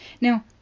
Now